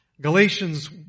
Galatians